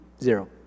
Zero